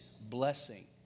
blessing